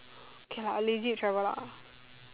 okay lah I lazy to travel lah